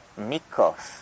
mikos